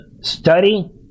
study